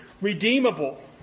redeemable